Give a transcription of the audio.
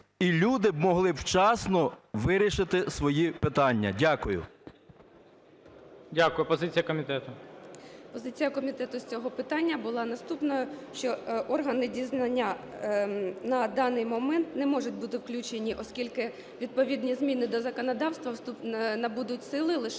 і люди могли б вчасно вирішити свої питання. Дякую. ГОЛОВУЮЧИЙ. Дякую. Позиція комітету? 16:55:17 ЯЦИК Ю.Г. Позиція комітету з цього питання була наступною. Що органи дізнання на даний момент не можуть бути включені, оскільки відповідні зміни до законодавства набудуть сили лише